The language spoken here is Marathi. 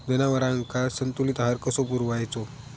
जनावरांका संतुलित आहार कसो पुरवायचो?